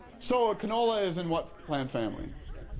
so ah canola is in what plant family, mustard.